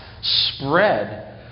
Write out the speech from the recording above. spread